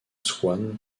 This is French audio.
swann